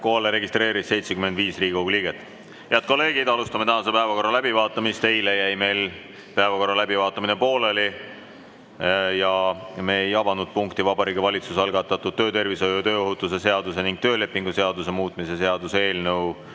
registreerus 75 Riigikogu liiget. Head kolleegid! Alustame tänase päevakorra läbivaatamist. Eile jäi meil päevakorra läbivaatamine pooleli ja me ei avanud Vabariigi Valitsuse algatatud töötervishoiu ja tööohutuse seaduse ning töölepingu seaduse muutmise seaduse eelnõu